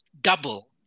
double